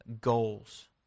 goals